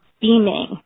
beaming